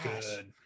good